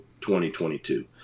2022